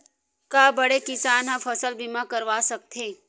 का बड़े किसान ह फसल बीमा करवा सकथे?